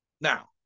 Now